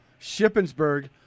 Shippensburg